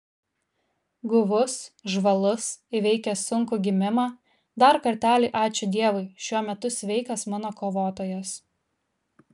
guvus žvalus įveikęs sunkų gimimą dar kartelį ačiū dievui šiuo metu sveikas mano kovotojas